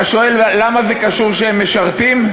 אתה שואל: למה זה קשור שהם משרתים?